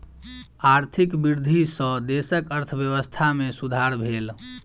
आर्थिक वृद्धि सॅ देशक अर्थव्यवस्था में सुधार भेल